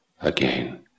again